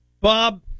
Bob